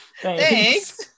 thanks